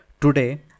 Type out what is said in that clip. today